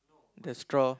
the straw